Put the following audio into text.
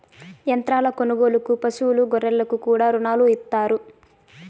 యంత్రాల కొనుగోలుకు పశువులు గొర్రెలకు కూడా రుణాలు ఇత్తారు